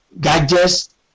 gadgets